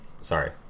Sorry